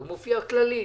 הוא מופיע כללית.